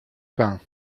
pain